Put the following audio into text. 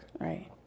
Right